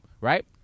right